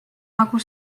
nagu